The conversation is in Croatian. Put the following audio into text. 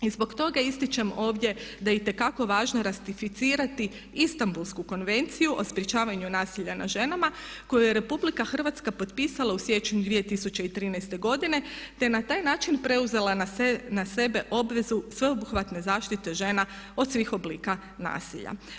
I zbog toga ističem ovdje da je itekako važno ratificirati Istanbulsku konvenciju o sprečavanju nasilja nad ženama koju je RH potpisala u siječnju 2013. godine te je na taj način preuzela na sebe obvezu sveobuhvatne zaštite žena od svih oblika nasilja.